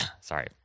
sorry